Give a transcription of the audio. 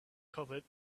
covered